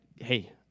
hey